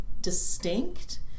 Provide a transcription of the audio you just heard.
distinct